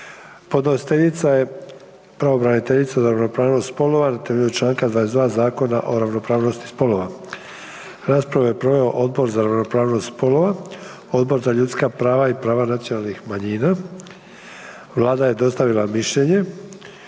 Podnositeljica je pravobraniteljica za ravnopravnost spolova na temelju čl. 22. Zakona o ravnopravnosti spolova. Raspravu je proveo Odbor za ravnopravnost spolova, Odbor za ljudska prava i prava nacionalnih manjina. Vlada je dostavila mišljenje.